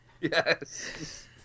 Yes